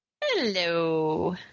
Hello